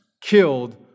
killed